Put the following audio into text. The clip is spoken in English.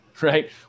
right